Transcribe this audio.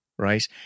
Right